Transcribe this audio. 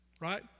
right